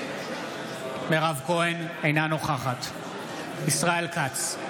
אינה נוכחת ישראל כץ,